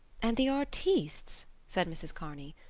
and the artistes! said mrs. kearney.